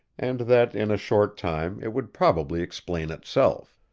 and that in a short time it would probably explain itself.